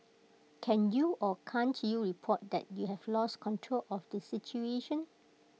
can you or can't you report that you have lost control of the situation